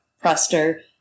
prester